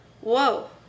Whoa